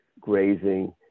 grazing